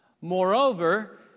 Moreover